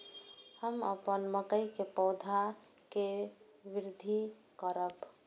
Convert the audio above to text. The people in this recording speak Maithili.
हम अपन मकई के पौधा के वृद्धि करब?